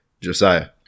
josiah